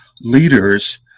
leaders